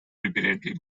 repeatedly